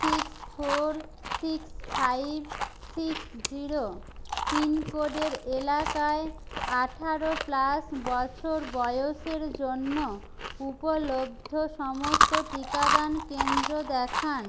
six four six five six zero পিনকোডের এলাকায় আঠেরো প্লাস বছর বয়সের জন্য উপলব্ধ সমস্ত টিকাদান কেন্দ্র দেখান